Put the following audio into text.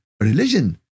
religion